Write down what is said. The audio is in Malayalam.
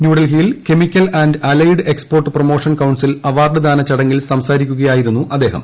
ന്യൂഡൽഹിയിൽ chemical and allied export promotion council award ദാന ചടങ്ങിൽ സംസാരിക്കുകയായിരുന്നു അദ്ദേഹം